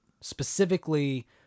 specifically